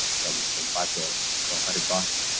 from from five to one hundred bucks,